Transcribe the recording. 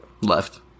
Left